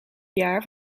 jaar